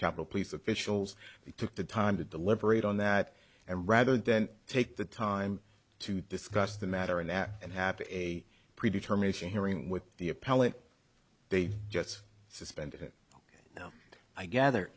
capitol police officials took the time to deliberate on that and rather than take the time to discuss the matter and that and happy a pre determination hearing with the appellant big jets suspended now i gather